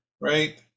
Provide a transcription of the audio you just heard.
right